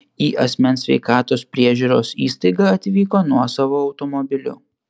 į asmens sveikatos priežiūros įstaigą atvyko nuosavu automobiliu